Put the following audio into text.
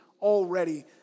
already